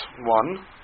one